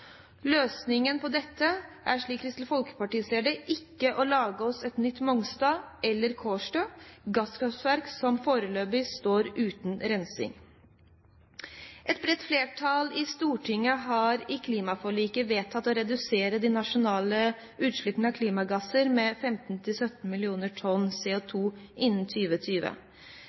Løsningen på dette er, slik Kristelig Folkeparti ser det, ikke å lage oss et nytt Mongstad eller Kårstø – gasskraftverk som foreløpig står uten rensing. Et bredt flertall i Stortinget har i klimaforliket vedtatt å redusere de nasjonale utslippene av klimagasser med 15–17 mill. tonn CO2 innen